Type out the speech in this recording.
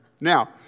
Now